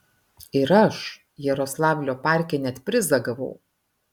ir aš jaroslavlio parke net prizą gavau